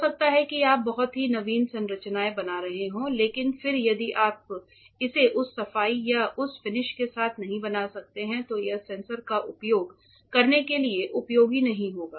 हो सकता है कि आप बहुत ही नवीन संरचनाएं बना रहे हों लेकिन फिर यदि आप इसे उस सफाई या उस फिनिश के साथ नहीं बना सकते हैं तो यह सेंसर का उपयोग करने के लिए उपयोगी नहीं होगा